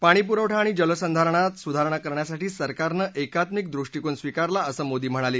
पाणीपुखवठा आणि जलसंधारणात सुधारणा करण्यासाठी सरकारनं एकात्मिक दृष्टीकोन स्वीकारला असं मोदी म्हणाले